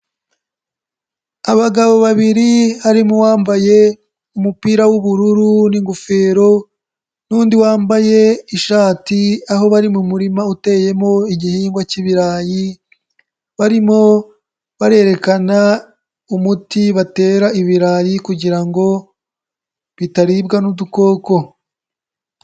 Abagabo babiri harimo uwambaye umupira w'ubururu n'ingofero n'undi wambaye ishati, aho bari mu murima uteyemo igihingwa cy'ibirayi, barimo barerekana umuti batera ibirayi kugira ngo bitaribwa n'udukoko.